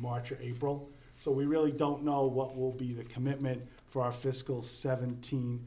march or april so we really don't know what will be the commitment for our fiscal seventeen